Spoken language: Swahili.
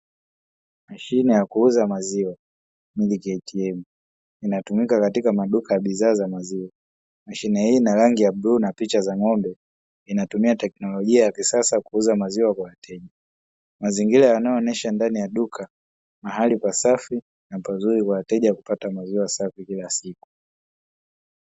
Mashine ya kuuza maziwa "Milk Atm" inatumika katika maduka ya bidhaa za maziwa. Mashine hii ina rangi ya bluu na picha za ng'ombe, inatumia teknolojia ya kisasa kuuza maziwa kwa wateja. Mazingira yanayoonyesha ndani ya duka mahali pasafi na pazuri kwa wateja kupata maziwa masafi kila siku